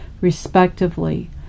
respectively